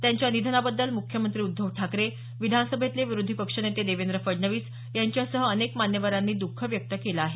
त्यांच्या निधनाबद्दल मुख्यमंत्री उद्धव ठाकरे विधानसभेतले विरोधी पक्षनेते देवेंद्र फडणवीस यांच्यासह अनेक मान्यवरांनी दख व्यक्त केलं आहे